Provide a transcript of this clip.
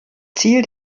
ziel